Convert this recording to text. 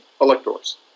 electors